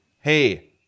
hey